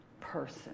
person